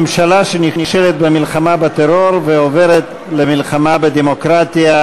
ממשלה שנכשלת במלחמה בטרור ועוברת למלחמה בדמוקרטיה,